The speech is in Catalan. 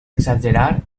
exagerar